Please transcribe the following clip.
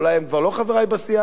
אולי הם כבר לא חברי בסיעה,